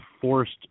forced